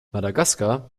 madagaskar